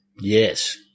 Yes